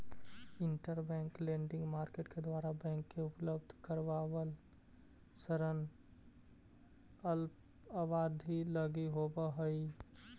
interbank lending market के द्वारा bank के उपलब्ध करावल ऋण अल्प अवधि लगी होवऽ हइ